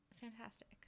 fantastic